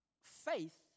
faith